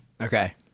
Okay